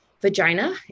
vagina